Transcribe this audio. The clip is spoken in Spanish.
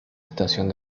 estación